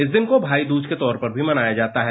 इस दिन को भाई दूज के तौर पर भी मनाया जाता है